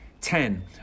Ten